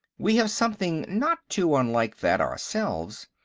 we have something not too unlike that, ourselves.